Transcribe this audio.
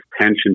tension